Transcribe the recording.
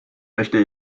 möchte